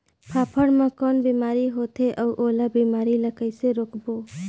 फाफण मा कौन बीमारी होथे अउ ओला बीमारी ला कइसे रोकबो?